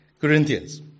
Corinthians